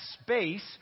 space